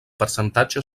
percentatge